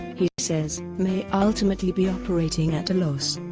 he says, may ultimately be operating at a loss.